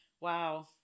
Wow